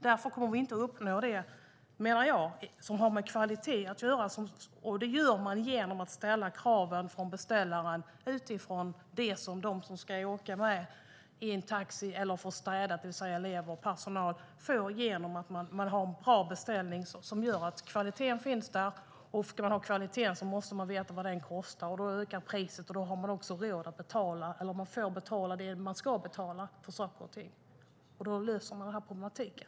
Därför menar jag att vi inte kommer att uppnå det som har med kvalitet att göra. Det gör vi i stället genom att ställa kraven från beställaren utifrån det som de får som ska åka med i en taxi eller ska få städat, det vill säga elever och personal. Genom en bra beställning ser man till att kvaliteten finns där. Om man ska ha kvaliteten måste man veta vad den kostar. Då ökar priset. Och då får man också betala det man ska för saker och ting. Då löses också den problematiken.